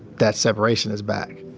that separation is back